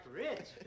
rich